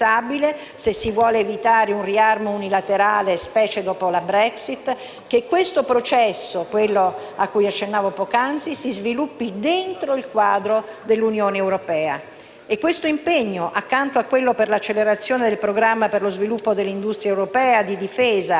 che il processo cui accennavo poc'anzi si sviluppi dentro il quadro dell'Unione europea. Peraltro questo impegno, accanto a quello per l'accelerazione del programma per lo sviluppo dell'industria europea di difesa, sostenuto dall'attivazione del fondo per la difesa europea cui lei faceva riferimento,